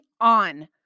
on